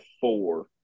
four